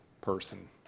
person